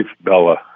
Bella